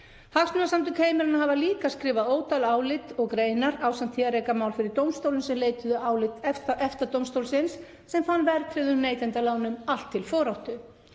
Hagsmunasamtök heimilanna hafa líka skrifað ótal álit og greinar ásamt því að reka mál fyrir dómstólum sem leituðu álits EFTA-dómstólsins sem fann verðtryggðum neytendalánum allt til foráttu.